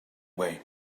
way